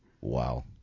Wow